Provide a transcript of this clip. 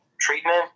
treatment